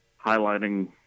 highlighting